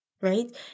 right